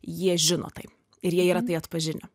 jie žino tai ir jie yra tai atpažinę